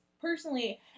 personally